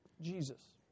Jesus